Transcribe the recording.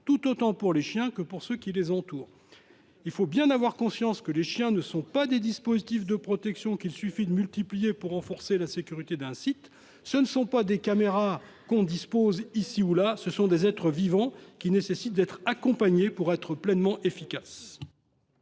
tant pour les chiens que pour ceux qui les entourent. Il faut bien avoir conscience que les chiens ne sont pas des dispositifs de protection qu’il suffit de multiplier pour renforcer la sécurité d’un site. Ce sont non pas des caméras que l’on place ici ou là, mais des êtres vivants qu’il convient d’accompagner si l’on veut qu’ils